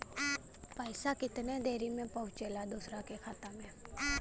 पैसा कितना देरी मे पहुंचयला दोसरा के खाता मे?